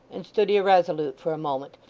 and stood irresolute for a moment,